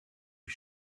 was